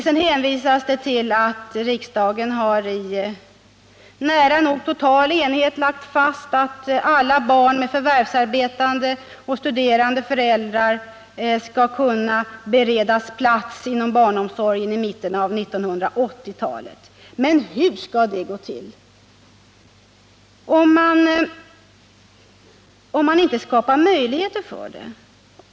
Sedan hänvisas det till att riksdagen i nära nog total enighet har lagt fast att alla barn med förvärvsarbetande och studerande föräldrar skall kunna beredas plats inom barnomsorgen i mitten av 1980-talet. Men hur skall det gå till, om man inte skapar möjligheter för det?